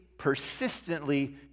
persistently